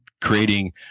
creating